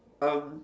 um